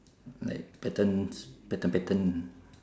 like patterns pattern pattern